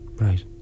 Right